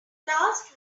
last